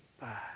Bye